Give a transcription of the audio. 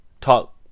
talk